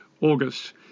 August